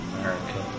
America